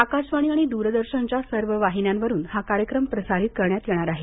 आकाशवाणी आणि द्रदर्शनच्या सर्व वाहिन्यांवरून हा कार्यक्रम प्रसारित करण्यात येणार आहे